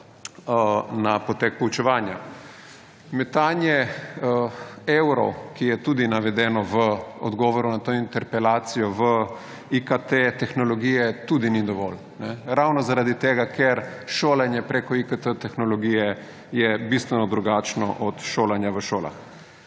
na potek poučevanja. Metanje evrov, ki je tudi navedeno v odgovoru na to interpelacijo, v IKT tehnologije tudi ni dovolj ravno zaradi tega, ker šolanje preko IKT tehnologije je bistveno drugačno od šolanja v šolah.